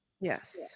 Yes